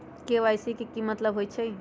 KYC के कि मतलब होइछइ?